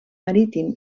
marítim